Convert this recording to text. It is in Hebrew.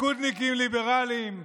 ליכודניקים ליברלים?